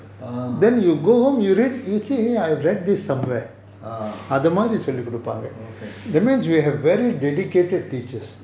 ah ah okay